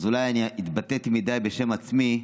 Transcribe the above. ואולי אני התבטאתי מדי בשם עצמי,